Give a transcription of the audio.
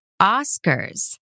Oscars